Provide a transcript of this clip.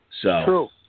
True